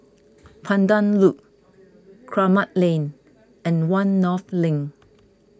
Pandan Loop Kramat Lane and one North Link